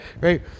Right